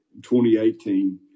2018